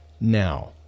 now